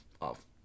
off